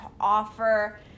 offer